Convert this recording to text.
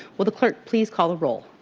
will the clerk, please call role?